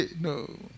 No